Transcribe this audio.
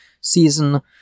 season